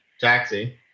Taxi